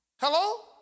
hello